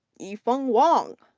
yifeng wang,